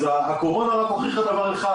אז הקורונה הוכיחה דבר אחד